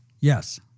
Yes